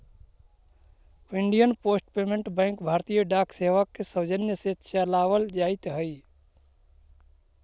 Indian post payment bank भारतीय डाक सेवा के सौजन्य से चलावल जाइत हइ